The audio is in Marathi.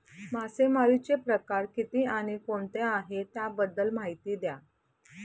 मासेमारी चे प्रकार किती आणि कोणते आहे त्याबद्दल महिती द्या?